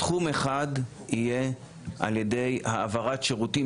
תחום אחד יהיה על ידי העברת שירותים